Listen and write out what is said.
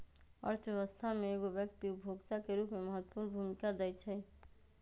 अर्थव्यवस्था में एगो व्यक्ति उपभोक्ता के रूप में महत्वपूर्ण भूमिका दैइ छइ